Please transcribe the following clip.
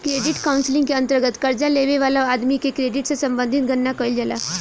credit counselling के अंतर्गत कर्जा लेबे वाला आदमी के क्रेडिट से संबंधित गणना कईल जाला